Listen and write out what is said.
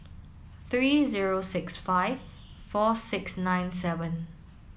three zero six five four six nine seven